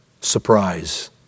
surprise